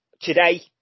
today